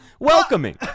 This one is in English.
welcoming